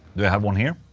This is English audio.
do i have one here?